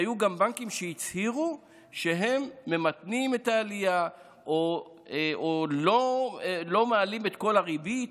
היו גם בנקים שהצהירו שהם ממתנים את העלייה או לא מעלים את כל הריבית,